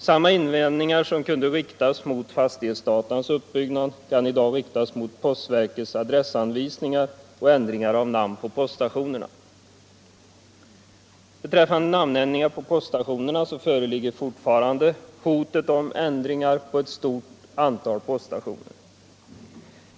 Samma invändningar som kunde riktas mot fastighetsdatans uppbyggnad kan i dag riktas mot postverkets adressanvisningar och ändringar av namn på poststationerna. Det föreligger fortfarande hot om namnändringar på ett stort antal poststationer.